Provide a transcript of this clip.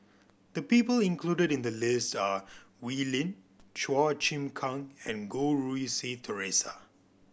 the people included in the list are Wee Lin Chua Chim Kang and Goh Rui Si Theresa